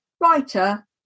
writer